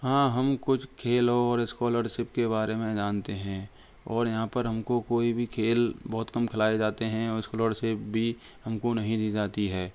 हाँ हम कुछ खेल और स्कॉलरशिप के बारे में जानते हैं और यहाँ पर हमको कोई भी खेल बहुत कम खिलाए जाते हैं और स्कॉलरशिप भी हमको नहीं दी जाती है